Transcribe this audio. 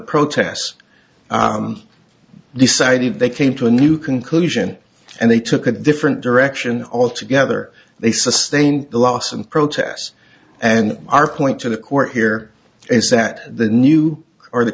protests decided they came to a new conclusion and they took a different direction altogether they sustained the loss and protests and our point to the court here is that the new or the